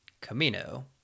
Camino